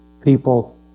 people